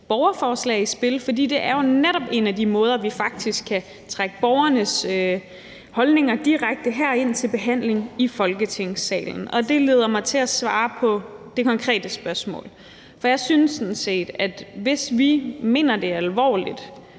borgerforslag i spil, for det er jo netop en af de måder, vi faktisk kan trække borgernes holdninger direkte herind til behandling i Folketingssalen på. Det leder mig til at svare på det konkrete spørgsmål. For jeg synes sådan set, at hvis vi mener det alvorligt